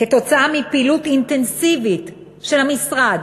כתוצאה מפעילות אינטנסיבית של המשרד